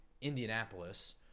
Indianapolis